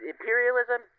imperialism